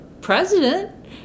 president